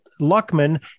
Luckman